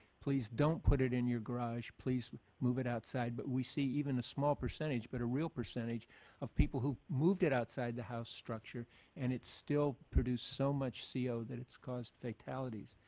please don't put it in your garage. please move it outside. but we see even a small percentage, but a real percentage of people who move it outside the house structure and it still produce so much co that it's caused fatalities.